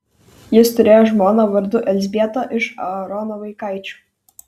jis turėjo žmoną vardu elzbietą iš aarono vaikaičių